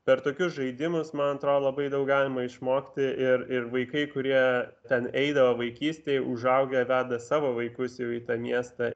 per tokius žaidimus man atrodo labai daug galima išmokti ir ir vaikai kurie ten eidavo vaikystėj užaugę veda savo vaikus jau į tą miestą